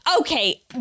okay